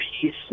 peace